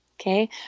okay